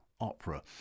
opera